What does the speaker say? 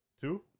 Two